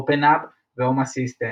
ו־HomeAssistant.